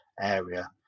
area